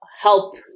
help